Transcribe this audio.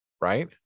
right